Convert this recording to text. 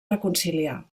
reconciliar